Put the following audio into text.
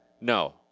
No